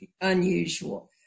Unusual